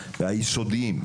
התיכוניים והיסודיים,